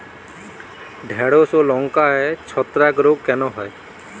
ঢ্যেড়স ও লঙ্কায় ছত্রাক রোগ কেন হয়?